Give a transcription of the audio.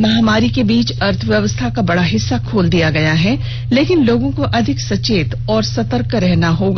महामारी के बीच अर्थव्यवस्था का बड़ा हिस्सा खोल दिया गया है लेकिन लोगों को अधिक सचेत और सतर्क रहना होगा